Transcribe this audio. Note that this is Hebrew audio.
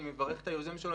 אני מברך את היוזם שלו,